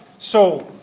so